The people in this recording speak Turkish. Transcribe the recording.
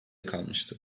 kalmıştı